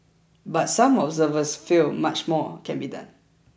but some observers feel much more can be done